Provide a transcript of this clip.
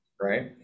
right